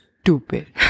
Stupid